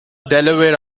delaware